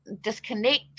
disconnect